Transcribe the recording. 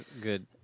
good